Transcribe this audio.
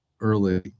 early